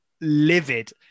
livid